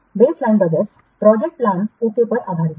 baseline budget project plan okay पर आधारित है